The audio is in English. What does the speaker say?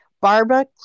Barbara